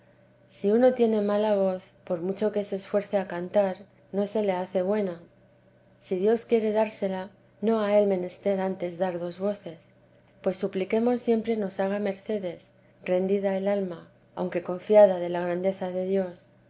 si uno tiene mala voz por mucho que se esfuerce a cantar no se le hace buena si dios quiere dársela no ha él menester antes dar dos voces pues supliquemos siempre nos haga mercedes rendida el alma aunque confiada de la grandeza de dios